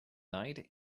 night